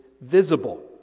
Visible